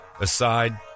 aside